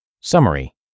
Summary